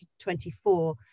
2024